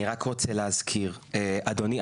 אני רק רוצה להזכיר, אדוני.